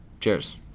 Cheers